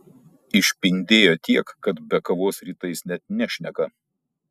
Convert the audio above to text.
išpindėjo tiek kad be kavos rytais net nešneka